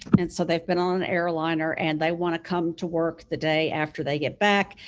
and so they've been on an airliner, and they want to come to work the day after they get back,